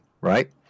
right